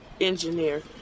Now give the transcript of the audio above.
engineer